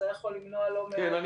זה היה יכול למנוע לא מעט --- כן.